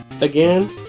again